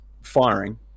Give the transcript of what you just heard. firing